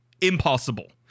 impossible